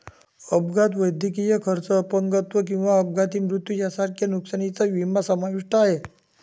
अपघात, वैद्यकीय खर्च, अपंगत्व किंवा अपघाती मृत्यू यांसारख्या नुकसानीचा विमा समाविष्ट आहे